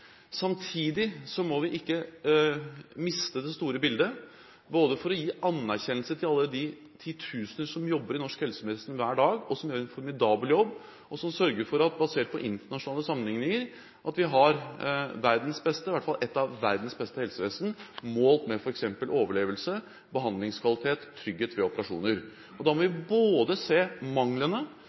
Samtidig må vi ikke miste det store bildet, men gi anerkjennelse til alle de titusener som jobber i norsk helsevesen hver dag, og som gjør en formidabel jobb, og som sørger for at vi har – basert på internasjonale sammenlikninger – et av verdens beste helsevesen målt i f.eks. overlevelse, behandlingskvalitet, trygghet ved operasjoner. Da må vi se manglene,